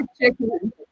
chicken